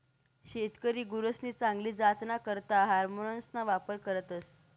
शेतकरी गुरसनी चांगली जातना करता हार्मोन्सना वापर करतस